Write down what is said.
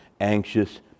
anxious